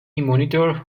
monitor